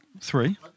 three